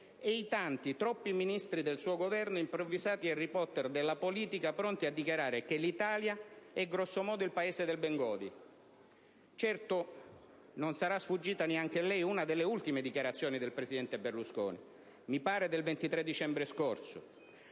e i tanti, troppi Ministri del suo Governo, improvvisati «Harry Potter» della politica, pronti a dichiarare che l'Italia è grosso modo il Paese del Bengodi. Certo non sarà sfuggita neanche a lei una delle ultime dichiarazioni del presidente Berlusconi, che mi pare risalga al 23 dicembre scorso: